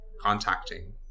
contacting